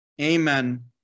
Amen